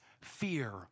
fear